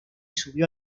subió